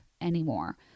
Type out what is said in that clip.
anymore